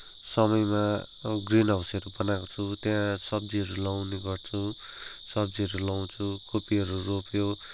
समयमा ग्रिन हाउसहरू बनाएको छु त्यहाँ सब्जीहरू लगाउने गर्छु सब्जीहरू लगाउँछु कोपीहरू रोप्यो